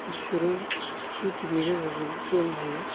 बिसोरो इउथुबनि गेजेरजों सोलोंनो हायो